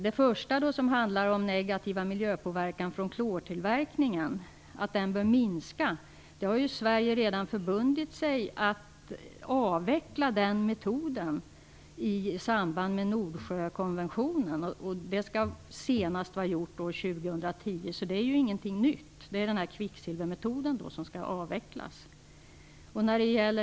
Det första tillkännagivandet handlar om att den negativa miljöpåverkan från klortillverkningen bör minska. Den metoden har Sverige redan förbundit sig att avveckla i samband med Nordsjökonventionen. Det skall vara gjort senast 2010, så det är inget nytt. Det är kvicksilvermetoden som skall avvecklas.